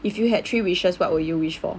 if you had three wishes what would you wish for